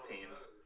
teams